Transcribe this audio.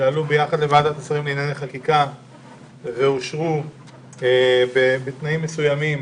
שעלו יחד לוועדת השרים לענייני חקיקה ואושרו בתנאים מסוימים